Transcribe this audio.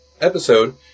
episode